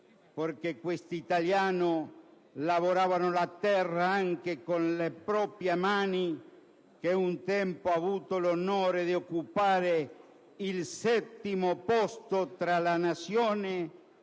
perché gli italiani lavoravano la terra con le proprie mani, e un tempo ha avuto l'onore di occupare il settimo posto tra le Nazioni